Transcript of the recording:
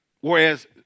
whereas